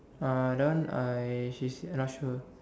uh that one I he I not sure